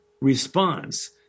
response